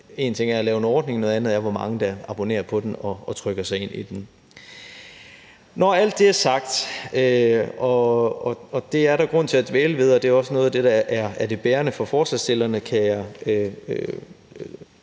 en ting er at lave en ordning, noget andet er, hvor mange der abonnerer på den og trykker sig ind i den. Når alt det er sagt, og det er der grund til at dvæle ved, og det er også noget af det, der er det bærende for forslagsstillerne, kan jeg